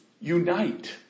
unite